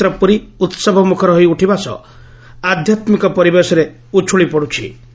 ଶ୍ରୀ କ୍ଷେତ୍ର ପୁରୀ ଉହବ ମୁଖର ହୋଇ ଉଠିବା ସହ ଆଧ୍ଯାତ୍ମିକ ପରିବେଶରେ ଉଛୁଳି ପଡୁଛି